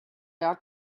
ought